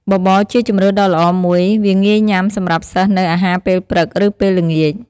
បបរជាជម្រើសដ៏ល្អមួយ វាងាយញុាំសម្រាប់សិស្សនៅអាហារពេលព្រឹកឫពេលល្ងាច។